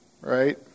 Right